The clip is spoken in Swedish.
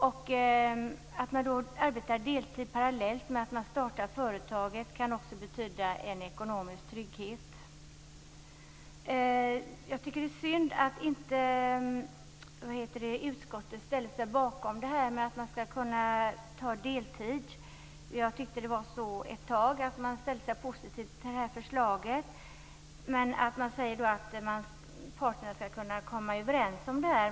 Om man arbetar deltid parallellt med att man startar företaget kan betyda en ekonomisk trygghet. Jag tycker att det är synd att utskottet inte ställer sig bakom förslaget att man skall kunna vara deltidstjänstledig. Jag tyckte ett tag att det verkade som om utskottet ställde sig positivt till detta förslag. Utskottet säger att parterna skall kunna komma överens om detta.